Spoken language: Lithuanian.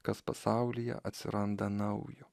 kas pasaulyje atsiranda naujo